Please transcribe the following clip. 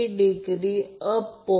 43° ampere मिळेल